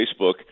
Facebook